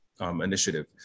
initiative